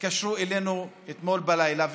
התקשרו אלינו אתמול בלילה ואמרו: